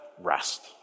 rest